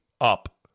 Up